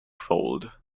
fold